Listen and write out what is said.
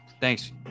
Thanks